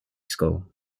school